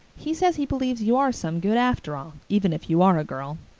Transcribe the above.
he says he believes you are some good after all, even if you are a girl.